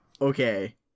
Okay